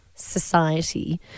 society